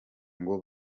ngo